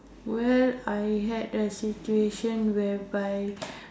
where I had a situation whereby